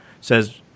says